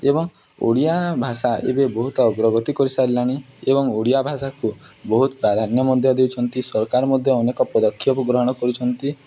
ଏବଂ ଓଡ଼ିଆ ଭାଷା ଏବେ ବହୁତ ଅଗ୍ରଗତି କରିସାରିଲାଣି ଏବଂ ଓଡ଼ିଆ ଭାଷାକୁ ବହୁତ ପ୍ରାଧାନ୍ୟ ମଧ୍ୟ ଦେଉଛନ୍ତି ସରକାର ମଧ୍ୟ ଅନେକ ପଦକ୍ଷେପ ଗ୍ରହଣ କରୁଛନ୍ତି